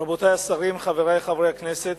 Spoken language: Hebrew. רבותי השרים, חברי חברי הכנסת,